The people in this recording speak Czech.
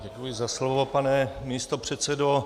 Děkuji za slovo, pane místopředsedo.